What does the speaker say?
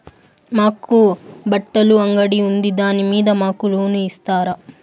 మాకు బట్టలు అంగడి ఉంది దాని మీద మాకు లోను ఇస్తారా